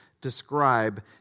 describe